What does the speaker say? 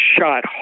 shot